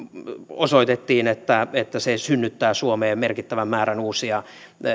osoitettiin että että se synnyttää suomeen merkittävän määrän uusia